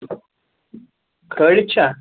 کھٲلِتھ چھا